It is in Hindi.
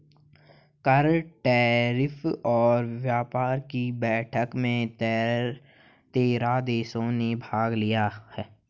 कर, टैरिफ और व्यापार कि बैठक में तेरह देशों ने भाग लिया